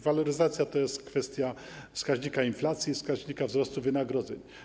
Waloryzacja to jest kwestia wskaźnika inflacji i wskaźnika wzrostu wynagrodzeń.